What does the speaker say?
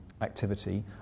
activity